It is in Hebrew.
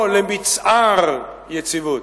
או למצער יציבות.